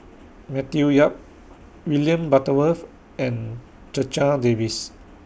Matthew Yap William Butterworth and Checha Davies